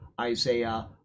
Isaiah